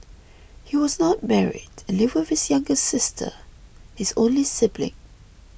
he was not married and lived with his younger sister his only sibling